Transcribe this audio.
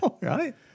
Right